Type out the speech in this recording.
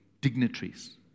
dignitaries